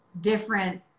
different